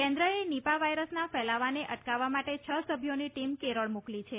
કેન્દ્રએ નિપા વાયરસનો ફેલાવાને અટકાવવા માટે છ સભ્યોની ટીમ કેરળ મોકલી છે